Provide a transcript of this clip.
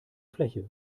fläche